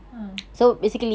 ah